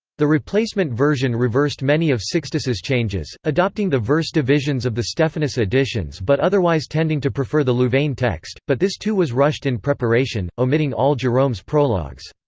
the replacement version reversed many of sixtus's changes, adopting the verse divisions of the stephanus editions but otherwise tending to prefer the louvain text but this too was rushed in preparation, omitting all jerome's prologues.